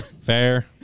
Fair